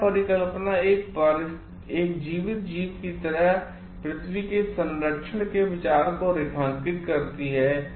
गैया परिकल्पना एक जीवित जीव की तरह पृथ्वी के संरक्षण के विचार को रेखांकित करती है